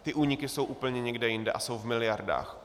Ty úniky jsou úplně někde jinde a jsou v miliardách.